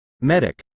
Medic